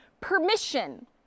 permission